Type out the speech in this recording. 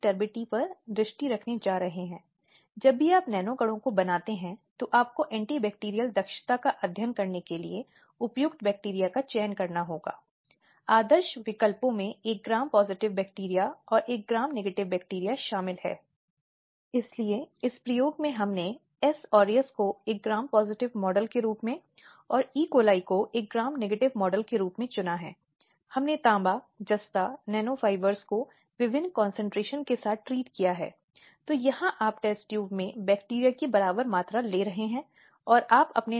slide समय देखें 0054 जैसा कि हमने कहा महिलाओं के अधिकारों को बनाए रखने में न्यायपालिका बहुत आवश्यक और महत्वपूर्ण भूमिका निभाती है और विशेष रूप से 90 के दशक के बाद से यह देखा गया है कि विभिन्न मामलों में न्यायपालिका ने बढ़ती हिंसा के संबंध में चिंता पर जोर देने की कोशिश की है